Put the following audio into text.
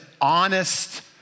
honest